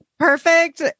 Perfect